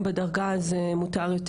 בדרגה אז הם מרגישים שמותר להם יותר.